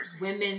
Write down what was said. women